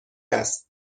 است